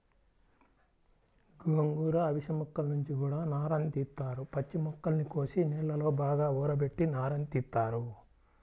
గోంగూర, అవిశ మొక్కల నుంచి గూడా నారని తీత్తారు, పచ్చి మొక్కల్ని కోసి నీళ్ళలో బాగా ఊరబెట్టి నారని తీత్తారు